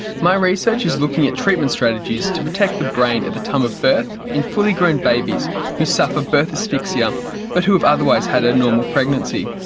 my research is looking at treatment strategies to protect the brain at the time of birth in fully grown babies who suffer birth asphyxia but who have otherwise had a normal pregnancy.